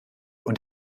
und